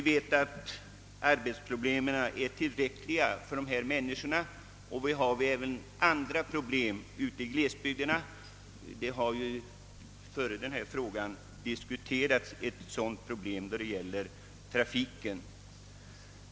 Arbetsproblemen är tillräckliga för dessa människor. Vi har även andra problem ute i glesbygderna; före denna fråga har diskuterats ett problem som gällde trafiken.